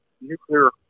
nuclear